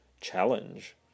challenge